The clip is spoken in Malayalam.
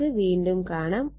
നമുക്ക് വീണ്ടും കാണാം